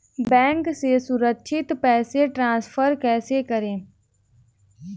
Bank से सुरक्षित पैसे ट्रांसफर कैसे करें?